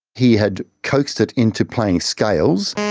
he had coaxed it into playing scales.